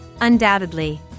Undoubtedly